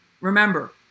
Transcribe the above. Remember